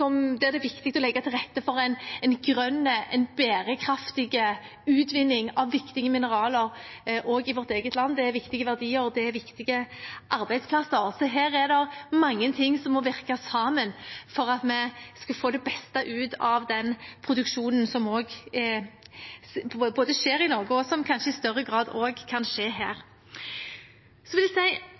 der det er viktig å legge til rette for en grønn, bærekraftig utvinning av viktige mineraler også i vårt eget land. Det er viktige verdier, og det er viktige arbeidsplasser. Her er det mange ting som må virke sammen for at vi skal få det beste ut av den produksjonen som skjer i Norge, og som kanskje også i større grad kan skje her. Så vil jeg si